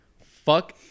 Fuck